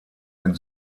den